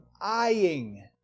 eyeing